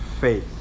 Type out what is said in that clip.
faith